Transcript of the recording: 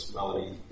Melody